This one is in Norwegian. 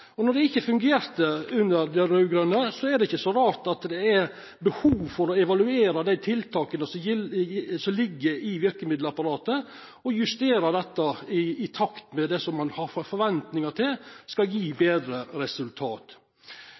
fungerte. Når det ikkje fungerte under dei raud-grøne, er det ikkje så rart at det er behov for å evaluera dei tiltaka som ligg i verkemiddelapparatet, og justera det i takt med det som ein har forventningar om skal gje betre resultat.